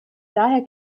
daher